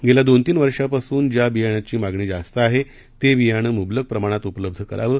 गेल्या दोन तीन वर्षापासून ज्या बियाणांची मागणी जास्त आहे ते बियाणं मुबलक प्रमाणात उपलब्ध करावं